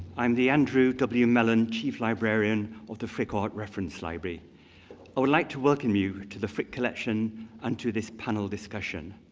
i'm the andrew w. mellon chief librarian at the frick art reference library. i would like to welcome you to the frick collection and to this panel discussion.